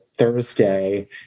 Thursday